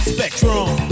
Spectrum